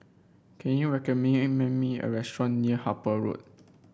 can you recommend me a restaurant near Harper Road